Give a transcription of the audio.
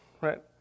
right